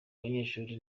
abanyeshuri